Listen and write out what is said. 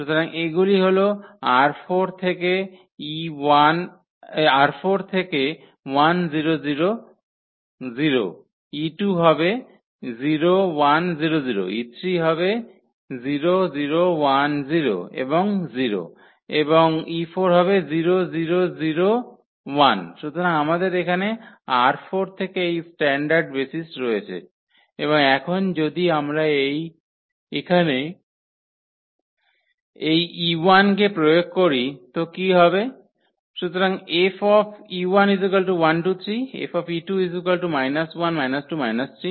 সুতরাং এগুলি হল ℝ4 থেকে 1 0 0 0 e2 হবে 0 1 0 0 e3 হবে এখন 0 0 1 0 এবং 0 এবং e4 হবে 0 0 0 1 সুতরাং আমাদের এখানে ℝ4 থেকে এই স্ট্যান্ডার্ড বেসিস রয়েছে এবং এখন যদি আমরা এখানে এই e1 কে প্রয়োগ করি